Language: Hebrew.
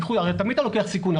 הרי תמיד אתה לוקח סיכון.